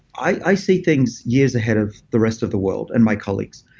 i see things years ahead of the rest of the world and my colleagues.